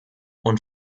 und